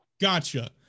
Gotcha